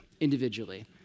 individually